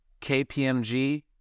KPMG